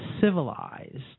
civilized